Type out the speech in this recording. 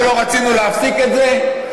אנחנו לא רצינו להפסיק את זה?